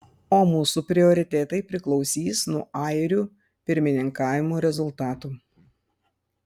o mūsų prioritetai priklausys nuo airių pirmininkavimo rezultatų